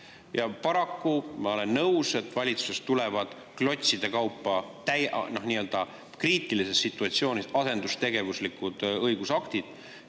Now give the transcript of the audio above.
Ja paraku ma olen nõus, et valitsusest tulevad klotside kaupa nii-öelda kriitilises situatsioonis asendustegevuslikud õigusaktid.